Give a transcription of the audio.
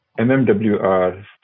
MMWR